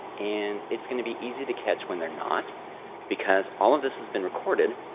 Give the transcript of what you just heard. and it's going to be easy to catch when they're not because all of this has been recorded,